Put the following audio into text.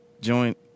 joint